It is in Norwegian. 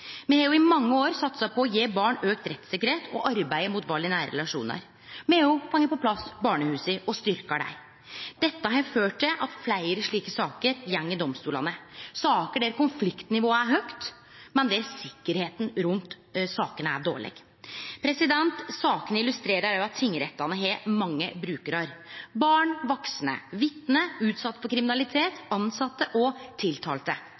Me har i mange år satsa på å gje barn auka rettssikkerheit og arbeidd mot vald i nære relasjonar. Me har fått på plass barnehusa og styrkjar dei. Dette har ført til at fleire slike saker går i domstolane, saker der konfliktnivået er høgt, men der sikkerheita rundt sakene er dårleg. Sakene illustrerer òg at tingrettane har mange brukarar – barn, vaksne, vitne, utsette for kriminalitet, tilsette og tiltalte.